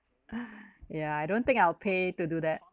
yeah I don't think I'll pay to do that